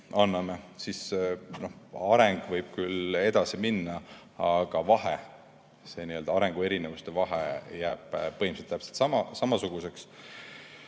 siis areng võib küll edasi minna, aga vahe, see n-ö arengu erinevuste vahe jääb põhimõtteliselt täpselt samasuguseks.